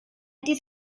dydd